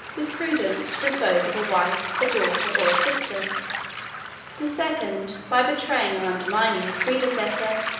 with prudence, to dispose of a wife, a daughter, or a sister the second, by betraying or undermining his predecessor